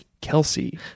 Kelsey